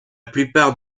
plupart